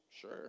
Sure